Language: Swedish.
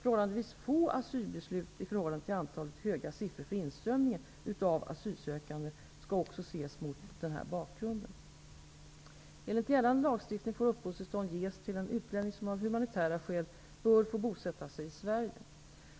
Förhållandevis få asylbeslut i förhållande till antalet höga siffror för inströmningen av asylsökande skall också ses mot denna bakgrund. Enligt gällande lagstiftning får uppehållstillstånd ges till en utlänning som av humanitära skäl bör få bosätta sig i Sverige.